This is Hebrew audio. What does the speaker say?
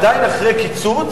עדיין אחרי קיצוץ,